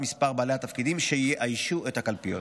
מספר בעלי התפקידים שיאיישו את הקלפיות.